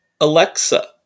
Alexa